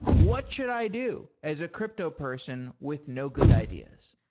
what should i do as a crypto person with no good ideas?